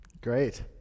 Great